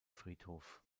friedhof